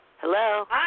Hello